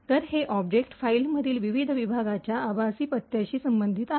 तर हे ऑब्जेक्ट फाइलमधील विविध विभागांच्या आभासी पत्त्याशी संबंधित आहे